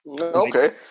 Okay